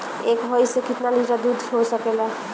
एक भइस से कितना लिटर दूध हो सकेला?